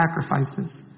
sacrifices